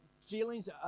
Feelings